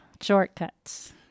shortcuts